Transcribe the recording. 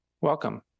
welcome